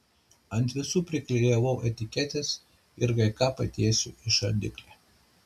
ant visų priklijavau etiketes ir kai ką padėsiu į šaldiklį